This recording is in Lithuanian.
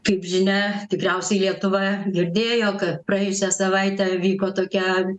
kaip žinia tikriausiai lietuva girdėjo kad praėjusią savaitę vyko tokia